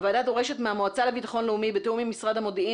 הוועדה דורשת מהמועצה לביטחון לאומי בתיאום עם משרד המודיעין